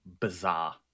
Bizarre